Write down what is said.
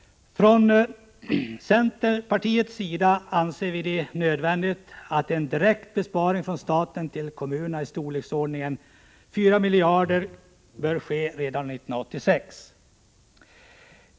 Från centerpartiets sida anser vi det nödvändigt att en direkt besparing för staten i storleksordningen 4 miljarder bör ske redan 1986.